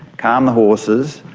calm the horses,